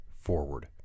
forward